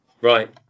Right